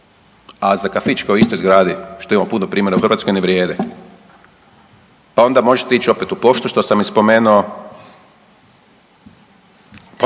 a za kafić koji je u istoj zgradi, što ima puno primjera u Hrvatskoj, ne vrijede, pa onda možete ić opet u poštu što sam i spomenuo,